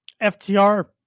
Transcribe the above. FTR